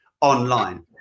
online